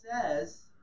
says